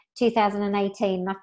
2018